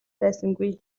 байсангүй